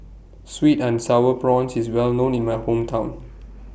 Sweet and Sour Prawns IS Well known in My Hometown